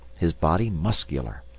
his body muscular,